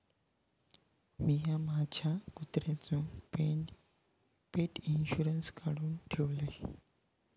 मिया माझ्या कुत्र्याचो पेट इंशुरन्स काढुन ठेवलय